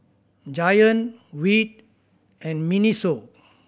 Giant Veet and MINISO